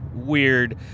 Weird